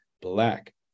black